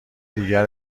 دیگر